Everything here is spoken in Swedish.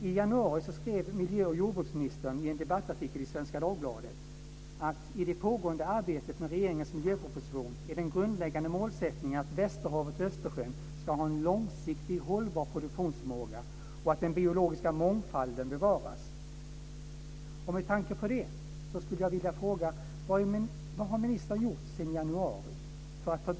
I januari skrev miljö och jordbruksministern i en debattartikel i Svenska Dagbladet att i det pågående arbetet med regeringens miljöproposition är den grundläggande målsättningen att västerhavet och Östersjön ska ha en långsiktig och hållbar produktionsförmåga och att den biologiska mångfalden bevaras.